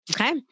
Okay